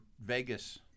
Vegas